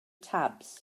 tabs